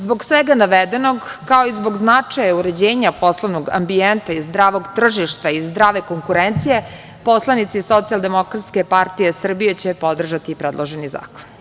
Zbog svega navedenog, kao i zbog značaja uređenja poslovnog ambijenta i zdravog tržišta i zdrave konkurencije, poslanici SDPS će podržati predloženi zakon.